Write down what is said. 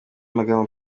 magambo